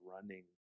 running